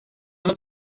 yana